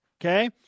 Okay